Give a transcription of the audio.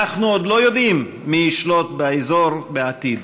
אנחנו עוד לא יודעים מי ישלוט באזור בעתיד